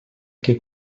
que